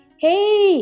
Hey